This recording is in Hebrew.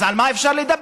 אז על מה אפשר לדבר?